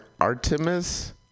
Artemis